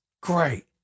great